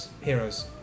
heroes